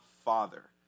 Father